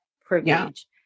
privilege